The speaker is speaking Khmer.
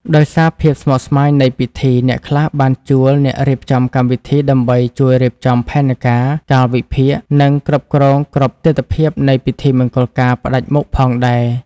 ដោយសារភាពស្មុគស្មាញនៃពិធី អ្នកខ្លះបានជួល អ្នករៀបចំកម្មវិធីដើម្បីជួយរៀបចំផែនការ កាលវិភាគ និងគ្រប់គ្រងគ្រប់ទិដ្ឋភាពនៃពិធីមង្គលការផ្តាច់មុខផងដែរ ។